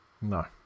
No